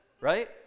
right